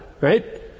right